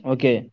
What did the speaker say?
Okay